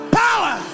power